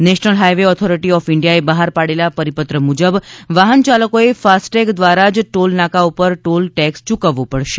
national Highway Authority of ઇન્ડિયાએ બહાર પાડેલા પરિપત્ર મુજબ વાહનયાલકોએ ફાસ્ટટેગ દ્વારા જ ટોલનાકા પર ટોલ ટેક્સ ચૂકવવો પડશે